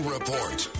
Report